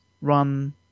run